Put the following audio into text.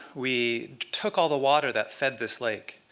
we took all the water that fed this lake.